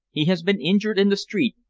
he has been injured in the street,